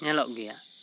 ᱧᱮᱞᱚᱜ ᱜᱮᱭᱟ